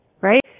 right